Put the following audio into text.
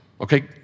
okay